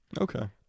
Okay